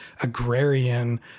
agrarian